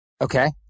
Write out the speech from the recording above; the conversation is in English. Okay